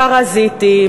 פרזיטים,